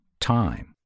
time